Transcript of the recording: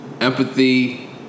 empathy